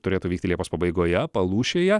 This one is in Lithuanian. turėtų vykti liepos pabaigoje palūšėje